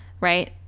right